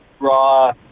raw